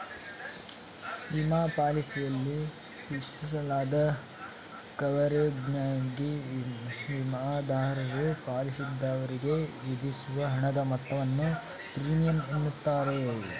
ವಿಮಾ ಪಾಲಿಸಿಯಲ್ಲಿ ಸೂಚಿಸಲಾದ ಕವರೇಜ್ಗಾಗಿ ವಿಮಾದಾರರು ಪಾಲಿಸಿದಾರರಿಗೆ ವಿಧಿಸುವ ಹಣದ ಮೊತ್ತವನ್ನು ಪ್ರೀಮಿಯಂ ಎನ್ನುತ್ತಾರೆ